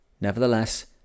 Nevertheless